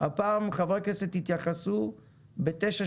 הפעם חברי הכנסת יתייחסו ב-09:35,